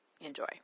Enjoy